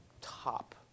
top